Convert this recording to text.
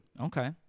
Okay